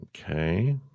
Okay